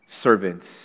servants